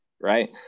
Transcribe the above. Right